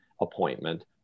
appointment